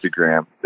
Instagram